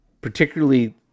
particularly